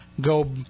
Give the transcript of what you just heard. go